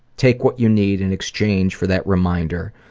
take what you need in exchange for that reminder.